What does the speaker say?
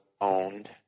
owned